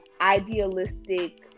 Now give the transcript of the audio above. idealistic